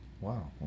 Wow